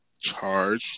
charge